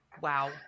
Wow